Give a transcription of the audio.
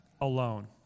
alone